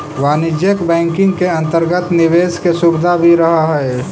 वाणिज्यिक बैंकिंग के अंतर्गत निवेश के सुविधा भी रहऽ हइ